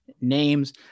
names